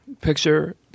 picture